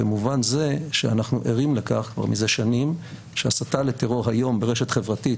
במובן זה שאנחנו ערים לכך כבר מזה שנים שהסתה לטרור היום ברשת חברתית